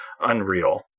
unreal